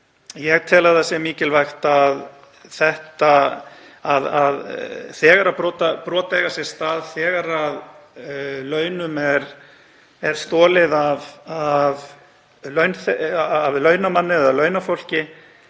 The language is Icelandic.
ég tel að það sé mikilvægt að þegar brot eiga sér stað, þegar launum er stolið af launamanni eða launafólki